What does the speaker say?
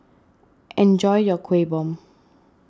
enjoy your Kueh Bom